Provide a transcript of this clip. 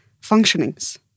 functionings